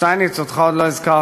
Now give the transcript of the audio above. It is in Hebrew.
שטייניץ, אותך עוד לא הזכרתי,